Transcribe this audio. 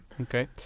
Okay